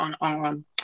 on